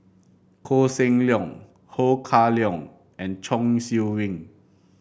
Koh Seng Leong Ho Kah Leong and Chong Siew Ying